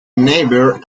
neighbour